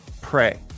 pray